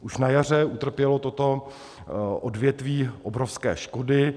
Už na jaře utrpělo toto odvětví obrovské škody.